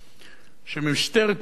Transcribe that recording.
משטרת ישראל התחילה,